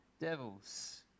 devils